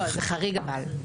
לא, זה חריג אבל.